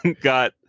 got